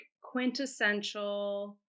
quintessential